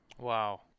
Wow